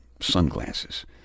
sunglasses